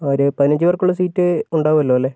ആ ഒരു പയിനഞ്ച് പേർക്കുള്ള സീറ്റ് ഉണ്ടാകുമല്ലോ അല്ലേ